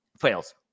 fails